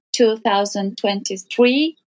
2023